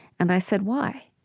and i said, why?